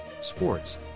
Sports